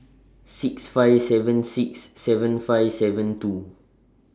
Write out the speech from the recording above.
six five seven six seven five seven two